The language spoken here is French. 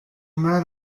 mal